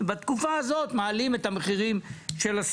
למשפחות הללו לא לאנשים העשירים,